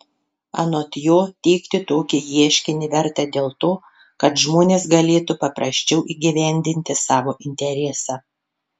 anot jo teikti tokį ieškinį verta dėl to kad žmonės galėtų paprasčiau įgyvendinti savo interesą